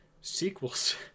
sequels